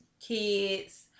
kids